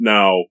Now